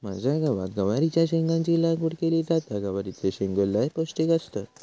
माझ्या गावात गवारीच्या शेंगाची लागवड केली जाता, गवारीचे शेंगो लय पौष्टिक असतत